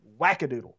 wackadoodle